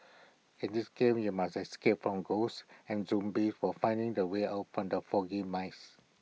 in this game you must escape from ghosts and zombies while finding the way out from the foggy maze